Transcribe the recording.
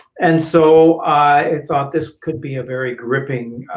and so i thought this could be a very gripping,